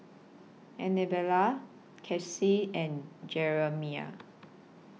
Annabella and Jeramie